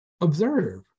Observe